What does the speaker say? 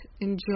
Enjoy